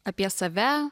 apie save